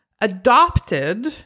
adopted